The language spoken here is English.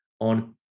on